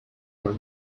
were